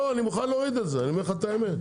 לא, אני מוכן להוריד את זה, אני אומר לך את האמת.